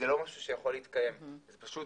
זה לא משהו שיכול להתקיים, זה פשוט